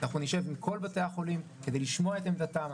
אנחנו נשב עם כל בתי החולים כדי לשמוע את עמדתם,